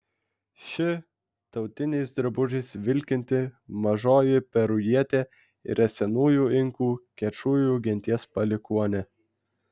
ši tautiniais drabužiais vilkinti mažoji perujietė yra senųjų inkų kečujų genties palikuonė